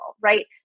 right